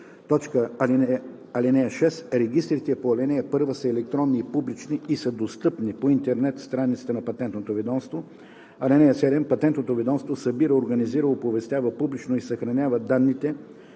ведомство. (6) Регистрите по ал. 1 са електронни и публични и са достъпни на интернет страницата на Патентното ведомство. (7) Патентното ведомство събира, организира, оповестява публично и съхранява данните,